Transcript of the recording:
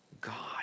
God